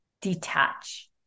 detach